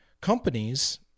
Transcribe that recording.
companies